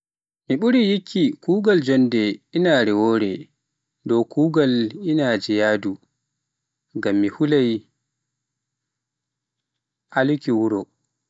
Mi ɓuri yikki kuugal jonnde inaare wori dow kuugal inaare yahdu, ngam mi hulai aluki wuro